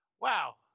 wow